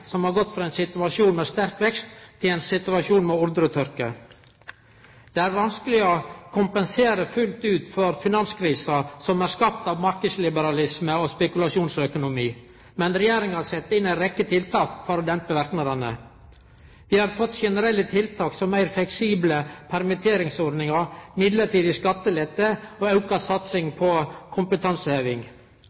som har gått frå ein situasjon med sterk vekst til ein situasjon med ordretørke. Det er vanskeleg å kompensere fullt ut for finanskrisa, som er skapt av marknadsliberalisme og spekulasjonsøkonomi. Men regjeringa har sett inn ei rekkje tiltak for å dempe verknadene. Vi har fått generelle tiltak som meir fleksible permitteringsordningar, mellombels skattelette og auka satsing på kompetanseheving.